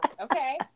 Okay